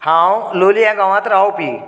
हांव लोलयें गांवात रावपी